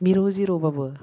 मिरौ जिरौबाबो